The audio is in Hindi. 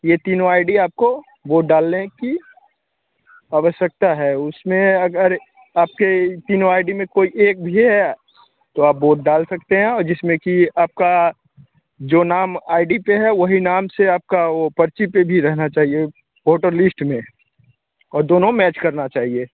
यह तीनों आई डी आपको वोट डालने की आवश्यकता है उसमें अगर आपके तीनों आई डी में कोई एक भी है तो आप बोट डाल सकते हैं जिसमें कि आपका जो नाम आई डी पर है वही नाम से आपका वह पर्ची पर भी रहना चाहिए वोटर लिस्ट में और दोनों मैच करना चाहिए